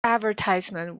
advertisement